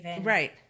Right